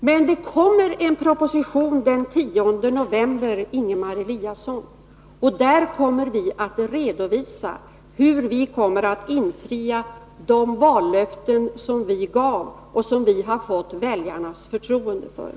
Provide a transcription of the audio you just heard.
Men det kommer en proposition den 10 november, Ingemar Eliasson, och där kommer vi att redovisa hur vi kommer att infria de vallöften som vi gav och som vi har fått väljarnas förtroende att genomföra.